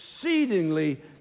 exceedingly